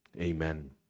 Amen